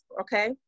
okay